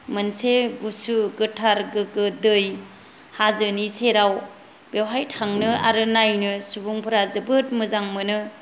मोनसे गुसु गोथार गोग्गो दै हाजोनि सेराव बेवहाय थांनो आरो नायनो सुबुंफोरा जोबोद मोजां मोनो